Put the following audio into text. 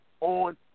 on